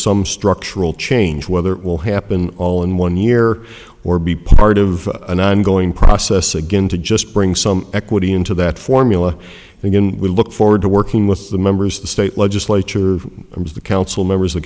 some structural change whether it will happen all in one year or be part of an ongoing process again to just bring some equity into that formula and then we look forward to working with the members of the state legislature and the council members